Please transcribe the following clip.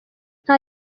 nta